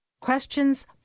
Questions